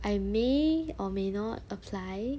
I may or may not apply